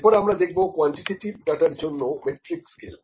এরপরে আমরা দেখব কোয়ান্টিটেটিভ ডাটার জন্য মেট্রিক স্কেল